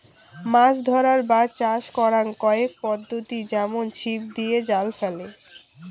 মাছ ধরার বা চাষ করাং কয়েক পদ্ধতি যেমন ছিপ দিয়ে, জাল ফেলে